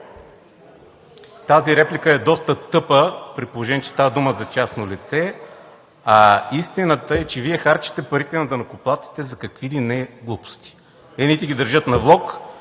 Тази реплика е доста тъпа, при положение че става дума за частно лице. Истината е, че Вие харчите парите на данъкоплатците за какви ли не глупости – едните ги държат на влог,